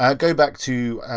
ah go back to